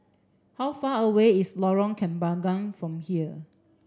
how far away is Lorong Kembagan from here